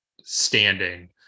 standing